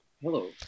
Hello